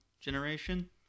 generation